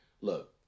look